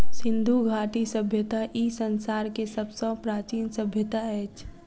सिंधु घाटी सभय्ता ई संसार के सब सॅ प्राचीन सभय्ता अछि